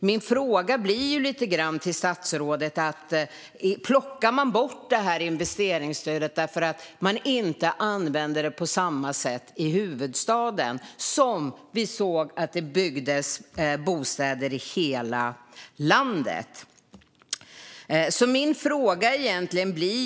Jag vill fråga statsrådet: Plockar regeringen bort investeringsstödet för att man inte använder det på samma sätt i huvudstaden som i övriga landet?